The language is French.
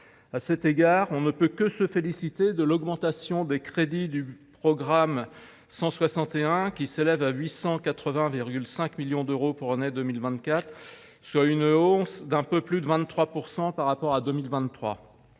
À cet égard, l’on ne peut que se féliciter de l’augmentation des crédits du budget du programme 161, qui s’élèvent à 880,5 millions d’euros pour l’année 2024, soit une hausse d’un peu plus de 23 % par rapport à 2023.